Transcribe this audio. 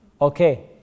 Okay